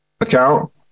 account